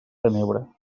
tenebra